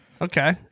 Okay